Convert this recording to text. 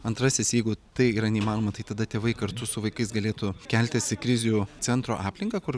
antrasis jeigu tai yra neįmanoma tai tada tėvai kartu su vaikais galėtų keltis į krizių centro aplinką kur